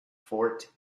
fort